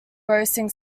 grossing